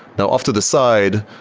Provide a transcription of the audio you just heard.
now off to the side,